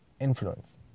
influence